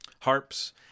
harps